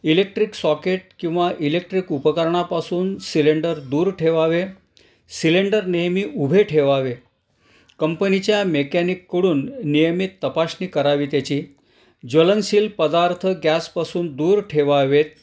electric socket किंवा electric उपकरणापासून cylinder दूर ठेवावे सिलेंडर नेहमी उभे ठेवावे कंपनीच्या मेकॅनिककडून नियमित तपासणी करावी त्याची ज्वलनशील पदार्थ गॅसपासून दूर ठेवावेत